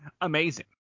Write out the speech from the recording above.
Amazing